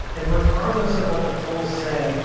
and regardless of what the polls say,